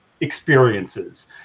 experiences